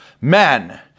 men